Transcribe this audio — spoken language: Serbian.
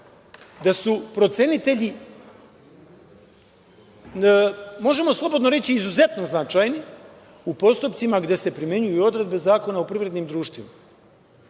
da su procenitelji, možemo slobodno reći izuzetno značajni u postupcima gde se primenjuju odredbe Zakona o privrednim društvima?